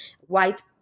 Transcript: white